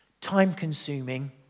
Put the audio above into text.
time-consuming